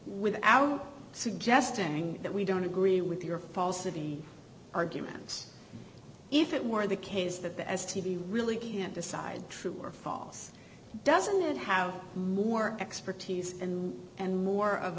without suggesting that we don't agree with your falsity arguments if it were the case that the s t b really can't decide true or false doesn't it have more expertise and and more of